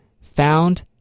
found